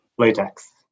latex